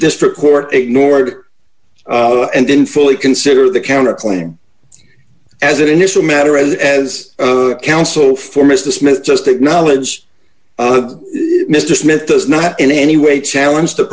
district court ignored and didn't fully consider the counterclaim as an initial matter and as counsel for mr smith just acknowledged mr smith does not in any way challenge t